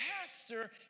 pastor